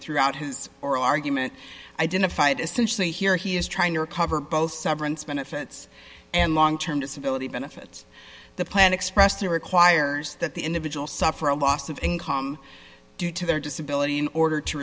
throughout his oral argument identified as since they hear he is trying to recover both severance benefits and long term disability benefits the plan expressed there requires that the individual suffer a loss of income due to their disability in order to